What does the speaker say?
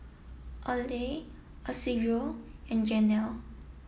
Oley Isidro and Janel